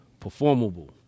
performable